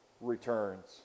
returns